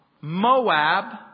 Moab